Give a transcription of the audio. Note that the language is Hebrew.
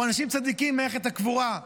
או אנשים צדיקים במערכת הקבורה.